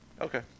Okay